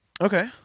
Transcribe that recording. Okay